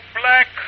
black